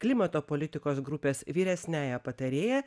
klimato politikos grupės vyresniąja patarėja